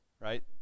Right